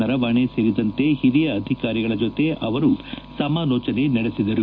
ನರವಾಣೆ ಸೇರಿದಂತೆ ಹಿರಿಯ ಅಧಿಕಾರಿಗಳ ಜೊತೆ ಅವರು ಸಮಾಲೋಚನೆ ನಡೆಸಿದರು